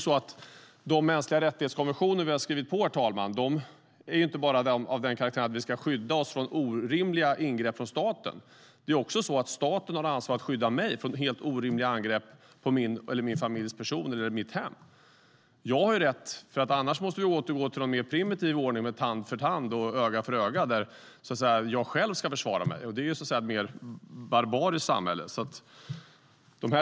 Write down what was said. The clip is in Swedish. De konventioner om mänskliga rättigheter som vi har skrivit på handlar inte bara om att vi ska skyddas från orimliga ingrepp från statens sida. Staten har också ett ansvar att skydda oss medborgare från helt orimliga angrepp på vår person, våra familjer eller våra hem. Annars måste vi återgå till en mer primitiv ordning med öga för öga och tand för tand, där man själv ska försvara sig. Det är ett mer barbariskt samhälle.